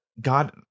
God